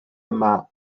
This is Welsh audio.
yma